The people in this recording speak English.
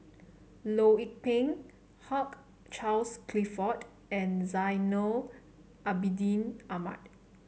Loh Lik Peng Hugh Charles Clifford and Zainal Abidin Ahmad